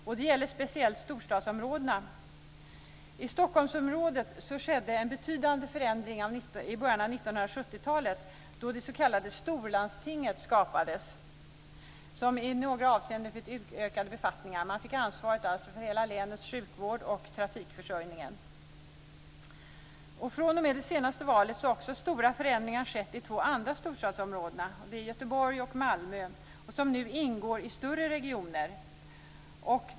Detta gäller speciellt storstadsområdena. I Stockholmsområdet skedde en betydande förändring i början av 1970-talet, då det s.k. storlandstinget skapades, som i några avseenden fick utökade befogenheter. Man fick ansvaret för hela länets sjukvård och trafikförsörjningen. fr.o.m. det senaste valet har också stora förändringar skett i de två andra storstadsområdena, i Göteborg och Malmö, som nu ingår i större regioner.